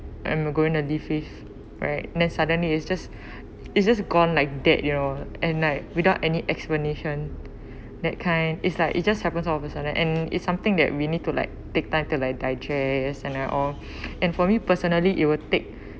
I'm going to live with right then suddenly is just is just gone like dead you know and like without any explanation that kind is like it just happens all of a sudden and it's something that we need to like take time like digest and that all and for me personally it will take